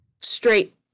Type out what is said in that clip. straight